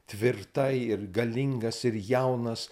tvirta ir galingas ir jaunas